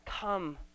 come